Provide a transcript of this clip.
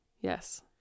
Yes